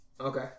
Okay